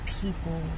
people